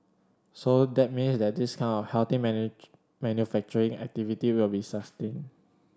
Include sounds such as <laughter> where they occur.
so that means that this kind healthy <unintelligible> manufacturing activity will be sustained